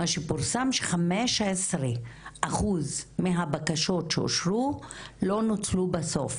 מה שפורסם, ש-15% מהבקשות שאושרו לא נוצלו בסוף.